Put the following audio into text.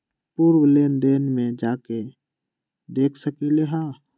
पूर्व लेन देन में जाके देखसकली ह?